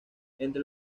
entre